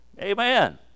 amen